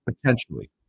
potentially